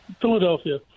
Philadelphia